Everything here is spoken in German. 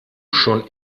schon